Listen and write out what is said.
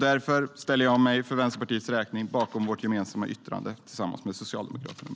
Därför ställer jag mig för Vänsterpartiets räkning bakom vårt, Socialdemokraternas och Miljöpartiets gemensamma yttrande.